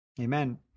Amen